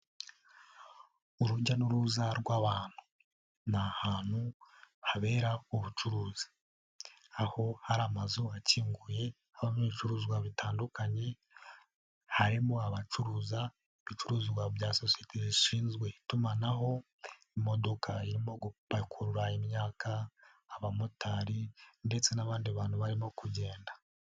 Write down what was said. Urujya n'uruza rw'abantu. Ni ahantu habera ubucuruzi aho hari amazu akinguye n' ibicuruzwa bitandukanye harimo abacuruza ibicuruzwa bya sosiyete zishinzwe itumanaho, imodoka irimo gupakurura imyaka, abamotari ndetse n'abandi bantu barimo kugenda.